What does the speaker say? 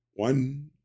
One